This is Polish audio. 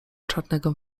czarnego